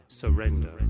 surrender